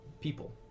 people